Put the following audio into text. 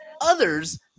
others